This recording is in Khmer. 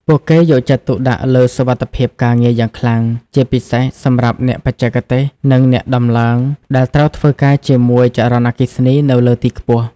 ពួកគេយកចិត្តទុកដាក់លើសុវត្ថិភាពការងារយ៉ាងខ្លាំង ជាពិសេសសម្រាប់អ្នកបច្ចេកទេស និងអ្នកដំឡើង ដែលត្រូវធ្វើការជាមួយចរន្តអគ្គិសនីនៅលើទីខ្ពស់។